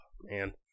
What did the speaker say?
man